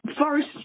first